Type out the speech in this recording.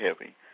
heavy